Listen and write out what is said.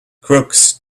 crooks